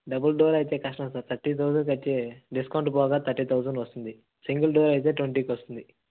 double door అయితే కష్టం sir thirty థౌసండ్కు అయితే డిస్కౌంట్ పోగా థర్టీ థౌసండ్ వస్తుంది సింగల్ డోర్ అయితే ట్వంటీకి వస్తుంది